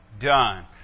done